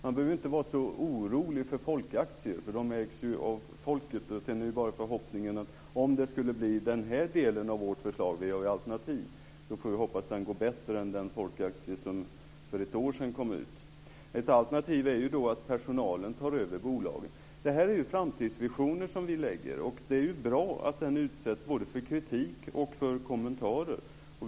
Man behöver inte vara så orolig för folkaktier, för de ägs av folket. Sedan är bara förhoppningen att om den här delen av vårt förslag - vi har alternativ - skulle antas får vi hoppas att det går bättre med det än med den folkaktie som för ett år sedan kom ut. Ett alternativ är att personalen tar över bolaget. Det här är framtidsvisioner som vi har. Det är bra att de utsätts för både kritik och kommentarer.